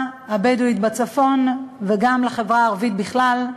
הבדואית בצפון וגם לחברה הערבית בכלל,